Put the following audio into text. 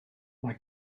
mae